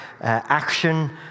action